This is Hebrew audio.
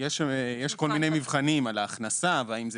יש כל מיני מבחנים על ההכנסה והאם זה